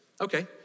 Okay